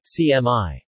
CMI